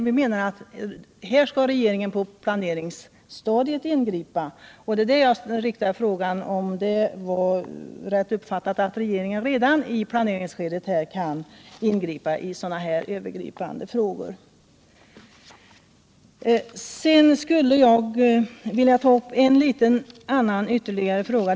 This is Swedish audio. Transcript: Vi anser att regeringen skall ingripa på planeringsstadiet, och min fråga är: Var det rätt uppfattat att regeringen kan gå in redan i planeringsskedet i sådana här övergripande frågor? Sedan skulle jag vilja ta upp ytterligare en fråga.